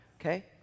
okay